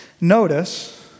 Notice